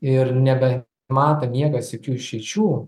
ir nebemato niekas jokių išeičių